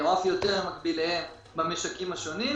או אף יותר ממקביליהם במשקים השונים,